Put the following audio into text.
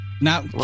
Now